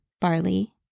barley